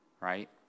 Right